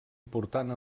important